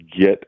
get